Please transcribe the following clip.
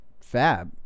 fab